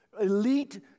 elite